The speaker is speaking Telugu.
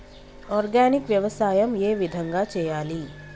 ఆర్గానిక్ వ్యవసాయం ఏ విధంగా చేయాలి?